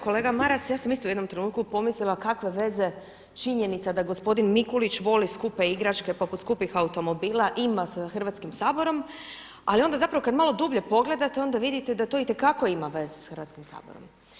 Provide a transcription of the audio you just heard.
Kolega Maras, ja sam isto u jednom trenutku pomislila kakve veze činjenica da gospodin Mikulić voli skupe igračke poput skupih automobila ima sa Hrvatskim saborom ali onda zapravo kada malo dublje pogledate onda vidite da to itekako ima veze sa Hrvatskim saborom.